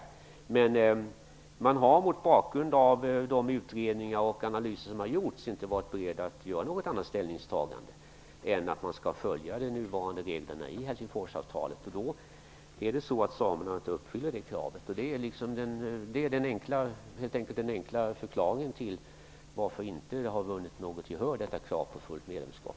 Rådet har dock, mot bakgrund av de utredningar och analyser som har gjorts, inte varit berett att göra något annat ställningstagande än att följa de nuvarande reglerna i Helsingforsavtalet. Enligt detta uppfyller inte samerna kraven. Det är den enkla förklaringen till varför kravet på fullt medlemskap inte har vunnit något gehör.